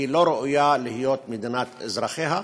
היא לא ראויה להיות מדינת אזרחיה,